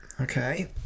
Okay